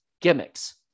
gimmicks